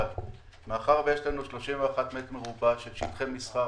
אבל מאחר שיש לנו 31 מטר מרובע של שטחי מסחר,